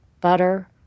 Butter